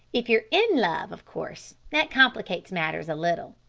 if you're in love, of course, that complicates matters a little.